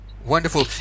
Wonderful